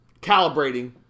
calibrating